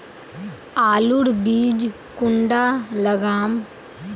आलूर बीज कुंडा लगाम?